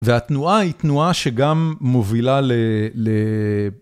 והתנועה היא תנועה שגם מובילה ל...